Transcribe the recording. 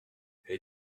les